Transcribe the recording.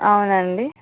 అవును అండి